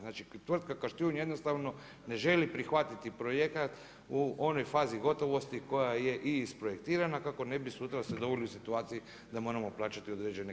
Znači tvrtka Kaštijun jednostavno ne želi prihvatiti projekat u onoj fazi gotovosti koja je isprojektirana kako ne bi sutra se doveli u situaciju da moramo plaćati određene kazne.